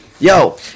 Yo